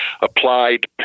Applied